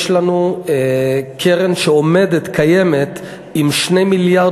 יש לנו קרן שעומדת וקיימת עם 2 מיליארד